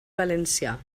valencià